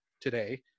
today